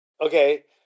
okay